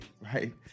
right